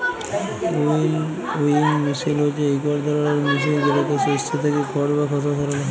উইলউইং মিশিল হছে ইকট ধরলের মিশিল যেটতে শস্য থ্যাইকে খড় বা খসা সরাল হ্যয়